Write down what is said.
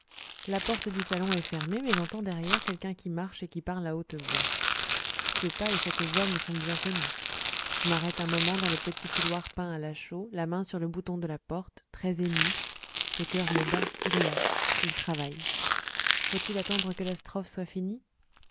la porte du salon est fermée mais j'entends derrière quelqu'un qui marche et qui parle à haute voix ce pas et cette voix me sont bien connus je m'arrête un moment dans le petit couloir peint à la chaux la main sur le bouton de la porte très ému le cœur me bat il est là il travaille faut-il attendre que la strophe soit finie